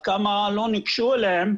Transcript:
עד כמה לא ניגשו אליהם,